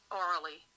orally